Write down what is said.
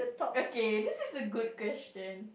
okay this is a good question